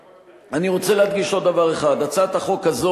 אני רוצה להדגיש עוד דבר אחד: הצעת החוק הזאת,